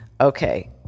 Okay